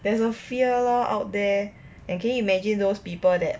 there's a fear lor out there and can you imagine those people that